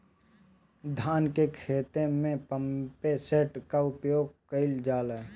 धान के ख़हेते में पम्पसेट का उपयोग कइल जाला?